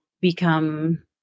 become